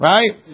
Right